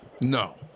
No